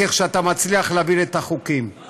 אבל